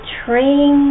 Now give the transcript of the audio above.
train